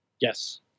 Yes